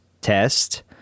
test